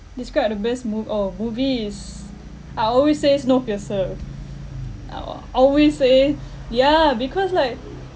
describe the best mo~ oh movies I always say snowpiercer always say ya because like